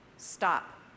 Stop